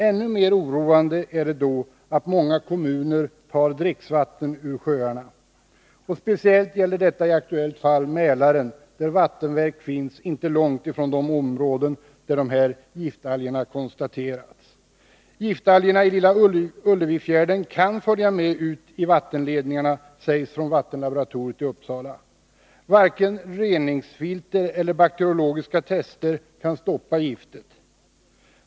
Ännu mer oroande är att många kommuner tar dricksvatten ur sjöarna. Speciellt gäller detta i det aktuella fallet Mälaren, där vattenverk finns inte långt från de områden där dessa giftalger har konstaterats. Giftalgerna i Lilla Ullevifjärden kan följa med ut i vattenledningarna, sägs det från vattenlaboratoriet i Uppsala. Varken reningsfilter eller bakterolo 175 giska tester kan stoppa giftet.